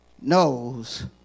knows